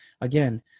again